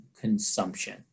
consumption